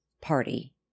party